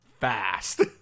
fast